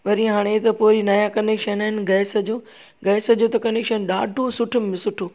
वरी हाणे त पोइ नवां कनेक्शन आहिनि गैस जो गैस जो त कनेक्शन ॾाढ़ो सुठे में सुठो